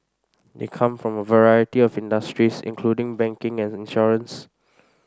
they come from a variety of industries including banking and insurance